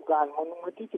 galima numatyti